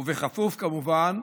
ובכפוף, כמובן,